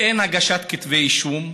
הם יכולים לישון בשקט.